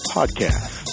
Podcast